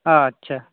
ᱟᱪᱪᱷᱟ